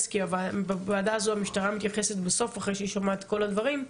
כי בוועדה הזו המשטרה מתייחסת בסוף אחרי שהיא שמעה את כל הדברים.